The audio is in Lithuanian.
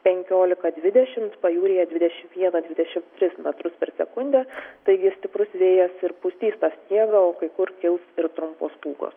penkiolika dvidešimt pajūryje dvidešimt vieną dvidešimt tris metrus per sekundę taigi stiprus vėjas ir pustys tą sniegą o kai kur kils ir trumpos pūgos